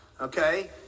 okay